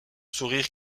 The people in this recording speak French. sourire